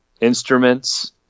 instruments